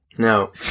No